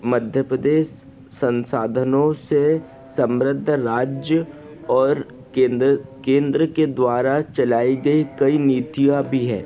मध्य प्रदेश संसाधनों से समृद्ध राज्य और केन्द्र केन्द्र के द्वारा चलाई गई कई नीतियाँ भी है